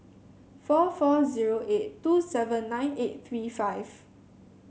four four zero eight two seven nine eight three five